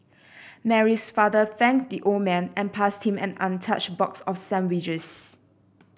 Mary's father thanked the old man and passed him an untouched box of sandwiches